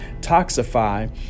toxify